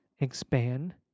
expand